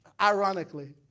ironically